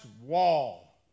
wall